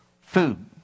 Food